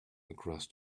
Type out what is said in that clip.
across